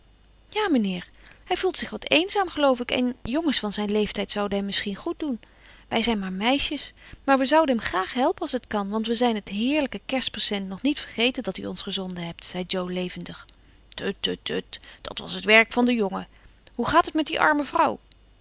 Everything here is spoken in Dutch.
ja mijnheer hij voelt zich wat eenzaam geloof ik en jongens van zijn leeftijd zouden hem misschien goed doen wij zijn maar meisjes maar we zouden hem graag helpen als t kan want we zijn het heerlijke kerstpresent nog niet vergeten dat u ons gezonden hebt zei jo levendig tut tut tut dat was het werk van den jongen hoe gaat het met die arme vrouw